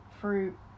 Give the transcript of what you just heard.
fruit